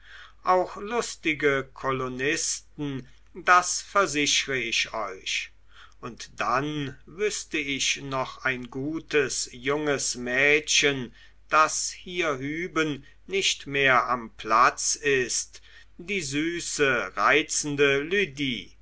auch lustige kolonisten das versichre ich euch und dann wüßte ich noch ein gutes junges mädchen das hierhüben nicht mehr am platz ist die süße reizende lydie